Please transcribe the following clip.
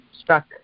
struck